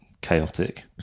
chaotic